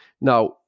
now